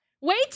wait